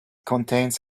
contains